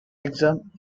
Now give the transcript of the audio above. exam